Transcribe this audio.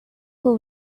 for